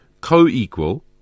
co-equal